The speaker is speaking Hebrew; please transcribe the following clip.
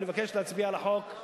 אני מבקש להצביע על החוק,